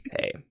hey